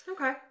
Okay